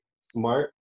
smart